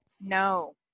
No